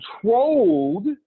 controlled